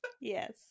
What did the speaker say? Yes